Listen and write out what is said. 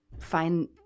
find